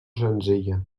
senzilla